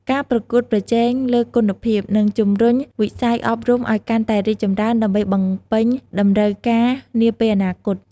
ការប្រកួតប្រជែងលើគុណភាព នឹងជំរុញវិស័យអប់រំឲ្យកាន់តែរីកចម្រើនដើម្បីបំពេញតម្រូវការនាពេលអនាគត។